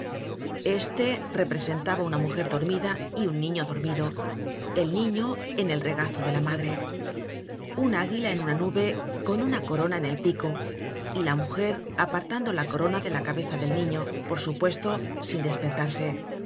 este representaba una mujer dormida y un niño dormido el niño en el regazo de la madre un águila en una nube con una corona en el pico y la mujer apartando la corona de la cabeza del niño por supuesto sin despertarse